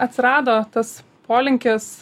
atsirado tas polinkis